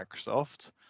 Microsoft